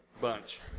bunch